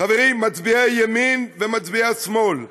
חברים מצביעי הימין ומצביעי השמאל,